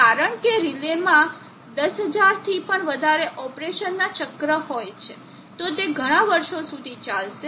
કારણ કે રિલેમાં 10000 થી પણ વધારે ઓપરેશનના ચક્ર હોય છે તો તે ઘણા વર્ષો સુધી ચાલશે